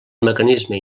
mecanisme